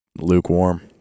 lukewarm